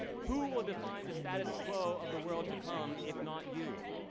who will define the status quo of the world to come if not you?